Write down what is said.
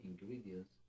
ingredients